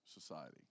society